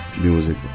music